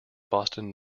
boston